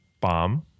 bomb